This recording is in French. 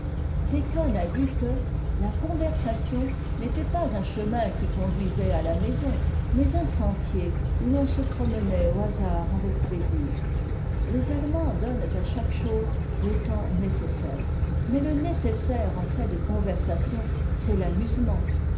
bacon a dit que la com a m n'était pas un chemin qui conduisait à la maison mais un sentier où ok se promenait au hasard avec plaisir les allemands donnent à chaque chose le temps nécessaire mais le nécessaire en fait de conversation c'est l'amusement